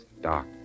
dark